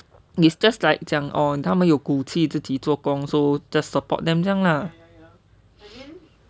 it's just like 讲哦他们有骨气自己做工这样啦 just support them 这样啦